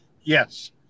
yes